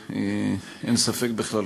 אין ספק בכלל,